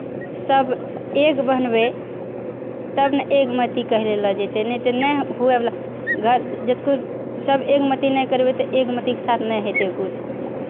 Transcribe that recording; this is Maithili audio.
सभ एक बनबै तब ने एकमति कहलायलो जेतै नहि तऽ नहि हुएवला घर जतेक भी सभ एकमति नहि करबै तऽ एकमतिके साथ नहि हेतै किछु